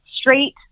straight